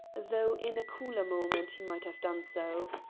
though in a cooler moment he might have done so.